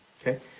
Okay